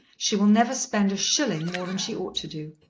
she will never spend a shilling more than she ought to do.